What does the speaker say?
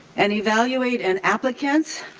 and evaluate an applicant,